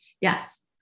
Yes